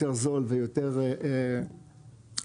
יותר זול ויותר מהר,